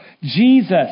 Jesus